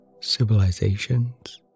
civilizations